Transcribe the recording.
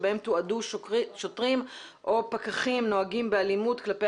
שבהם תועדו שוטרים או פקחים נוהגים באלימות כלפי